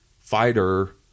fighter